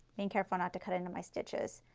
and careful not to cut into my stitches,